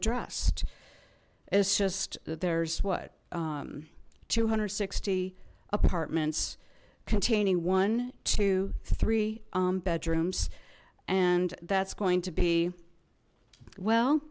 addressed it's just that there's what two hundred sixty apartments containing one two three bedrooms and that's going to be well